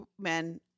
men